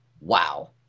Wow